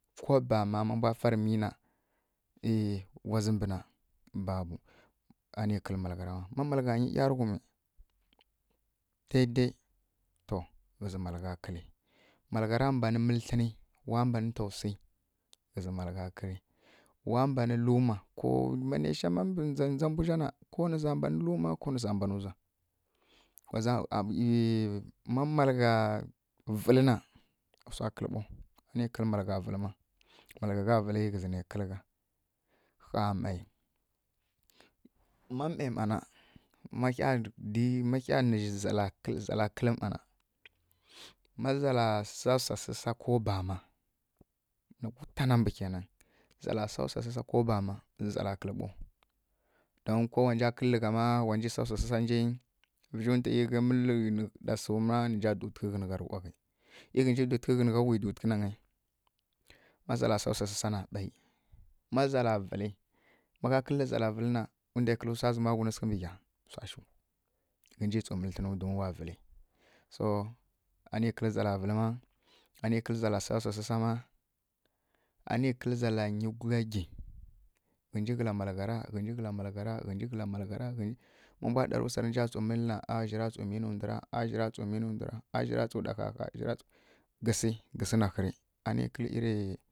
Ko bama ma mbwa fari mǝ na wa za mbana ani kǝlǝ malighari ma ma malagha nyi ˈyarighumǝ daidai to ghǝzǝ magha kǝli wa mbana tlǝn wa mbanǝ luma ko mbǝ nja nja mbwa gha na ko za mbanǝ luma ka za mbanǝ zua ˈyi malaghari ma malagha vǝlina nǝ kǝlǝ malagha vǝli na kǝlgha na kǝlgha gha mǝyǝ ma mǝyǝ ma na ma hyi nǝ zala kǝl na sasa swa sasa ko bama na wutan mbǝ kina zala kǝl mbu ma kǝlgha nǝ nja sasa nja mǝghǝ mǝl na ɗasima mba duwtǝghǝnǝ kǝl gha waghǝ mǝ ghǝnji duwtǝghǝw wǝ duwtǝghtǝ na gyi ma zala sasasa na bai ma zala vǝli magha kǝl zala vǝli na wa kǝl swa zǝmǝ ghun swa mbǝ ghyi sa shǝw ghǝnji tsu don wa vǝli so ani kǝli zala vǝlima ani kǝl zala sasása ma ani kǝli zala nyigughyi ghǝnji kala malaghari ghǝnji kala malaghari mbwa ɗari na wǝ swa tsu mǝl na aa zǝ ri tsu mǝyǝ nǝ ndara zǝ ri tsu mǝ nǝ ndari zǝ ri tsu ɗa hya zǝ ri tsu ɗa hya gisi na ghǝri ani kǝl ˈyiri